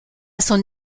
son